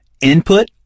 Input